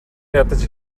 ядаж